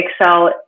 excel